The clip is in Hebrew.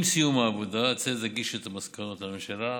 עם סיום העבודה הצוות יגיש את המסקנות לממשלה.